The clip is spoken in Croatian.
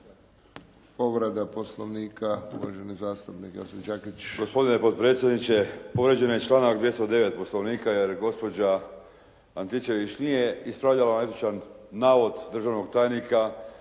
Povreda Poslovnika uvaženi zastupnik Josip Đakić. **Đakić, Josip (HDZ)** Gospodine potpredsjedniče povrijeđen je članak 209. Poslovnika jer gospođa Antičević nije ispravljala netočan navod državnog tajnika.